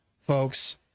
folks